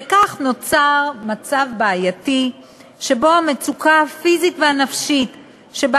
וכך נוצר מצב בעייתי שבו המצוקה הפיזית והנפשית שבה